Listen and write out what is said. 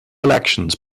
elections